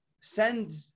send